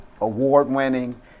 award-winning